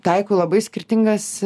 taikau labai skirtingas